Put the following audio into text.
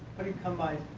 how do you come by